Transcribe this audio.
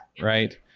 Right